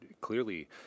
clearly